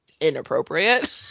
inappropriate